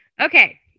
Okay